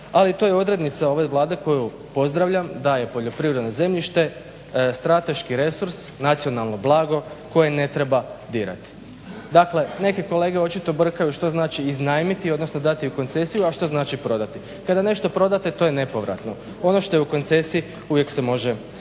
ali to je odrednica ove Vlade koju pozdravljam, da je poljoprivredno zemljište strateški resurs, nacionalno blago koje ne treba dirati. Dakle neke kolege očito brkaju što znači iznajmiti odnosno dati u koncesiju a što znači prodati. Kada nešto prodate to je nepovratno. Ono što je u koncesiji uvijek se može i vratiti.